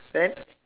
then